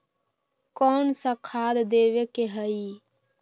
कोन सा खाद देवे के हई?